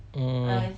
mm